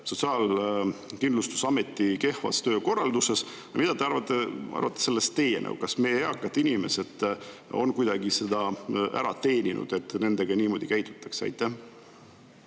Sotsiaalkindlustusameti kehvas töökorralduses. Mida arvate sellest teie? Kas meie eakad inimesed on kuidagi selle ära teeninud, et nendega niimoodi käitutakse? Aitäh!